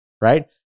right